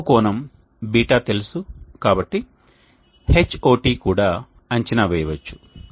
వంపు కోణం β తెలుసు కాబట్టి H0t కూడా అంచనా వేయవచ్చు